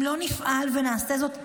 אם לא נפעל ונעשה זאת עכשיו,